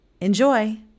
enjoy